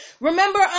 Remember